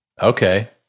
Okay